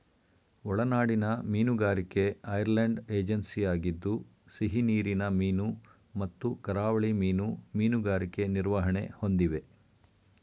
ಒಳನಾಡಿನ ಮೀನುಗಾರಿಕೆ ಐರ್ಲೆಂಡ್ ಏಜೆನ್ಸಿಯಾಗಿದ್ದು ಸಿಹಿನೀರಿನ ಮೀನು ಮತ್ತು ಕರಾವಳಿ ಮೀನು ಮೀನುಗಾರಿಕೆ ನಿರ್ವಹಣೆ ಹೊಂದಿವೆ